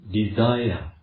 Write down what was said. desire